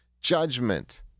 judgment